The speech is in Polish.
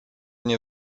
nie